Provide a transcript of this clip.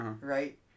Right